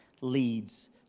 leads